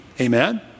Amen